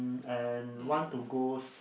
and want to go s~